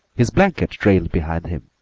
his blanket trailed behind him,